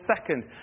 second